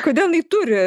kodėl jinai turi